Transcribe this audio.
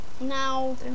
now